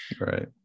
Right